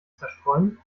zerstreuen